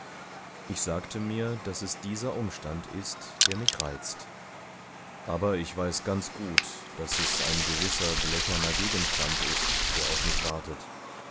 ich sage mir daß es dieser umstand ist der mich reizt aber ich weiß ganz gut daß es ein gewisser blecherner gegenstand ist der auf mich wartet